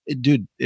Dude